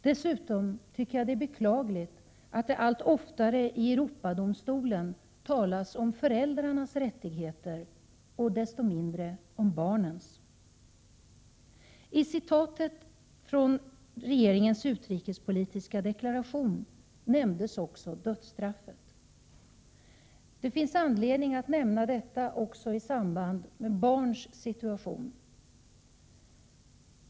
Dessutom tycker jag att det är beklagligt att det allt oftare i Europadomstolen talas om föräldrarnas | rättigheter och mindre om barnens. | I citatet ur regeringens utrikespolitiska deklaration nämndes också dödsstraffet. Det finns anledning att nämna detta också i samband med barns situation.